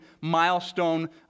milestone